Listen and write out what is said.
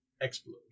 explode